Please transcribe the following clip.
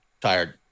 Tired